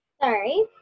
Sorry